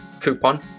coupon